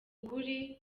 kuri